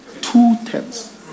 Two-tenths